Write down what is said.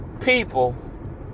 people